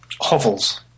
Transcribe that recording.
hovels